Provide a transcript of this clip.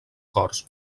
corts